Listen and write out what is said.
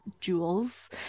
jewels